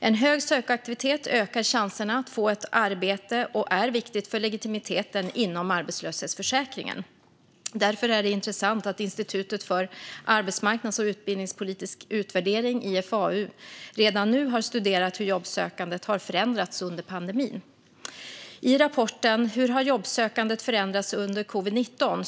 En hög sökaktivitet ökar chanserna att få ett arbete och är viktig för legitimiteten inom arbetslöshetsförsäkringen. Därför är det intressant att Institutet för arbetsmarknads och utbildningspolitisk utvärdering, IFAU, redan nu har studerat hur jobbsökandet har förändrats under pandemin. I rapporten Hur har jobbsökandet förändrats under covid-19?